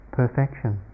perfection